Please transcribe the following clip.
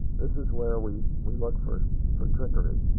this is where we we look for for trickery.